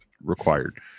required